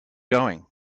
going